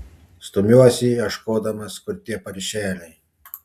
stumiuosi ieškodamas kur tie paršeliai